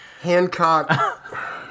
hancock